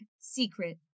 secret